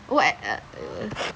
oh eh eh err